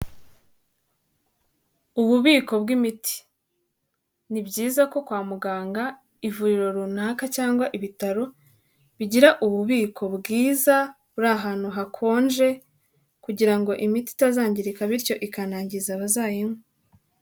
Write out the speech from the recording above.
Ububiko bw'imiti. Ni byiza ko kwa muganga ivuriro runaka cyangwa ibitaro, bigira ububiko bwiza buri ahantu hakonje kugira ngo imiti itazangirika bityo ikanangiza abazayinywa.